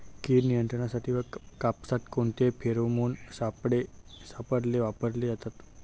कीड नियंत्रणासाठी कापसात कोणते फेरोमोन सापळे वापरले जातात?